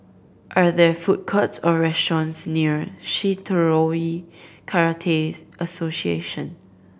are there food courts or restaurants near Shitoryu Karate Association